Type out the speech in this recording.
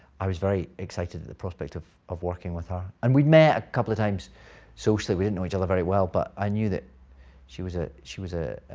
i was very excited at the prospect of of working with her. and we'd met a couple of times socially. we didn't know each other very well, but i knew that she was ah she was ah